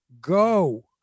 go